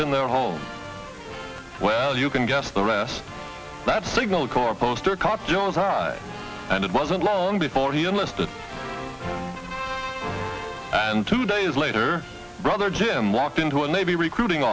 been their home well you can guess the rest that signal corps poster cop don't talk and it wasn't long before he enlisted and today is later brother jim walked into a navy recruiting